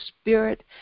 Spirit